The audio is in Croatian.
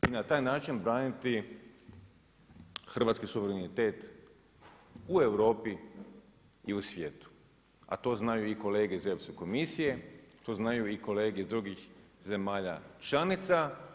I na taj način braniti hrvatski suverenitet u Europi i u svijetu, a to znaju i kolege iz Europske komisije, to znaju i kolege iz drugih zemalja članica.